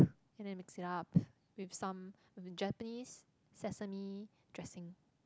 and then mixed it up with some Japanese sesame dressing